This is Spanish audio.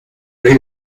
rey